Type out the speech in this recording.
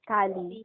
Kali